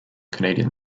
canadian